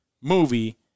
movie